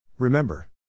Remember